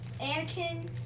Anakin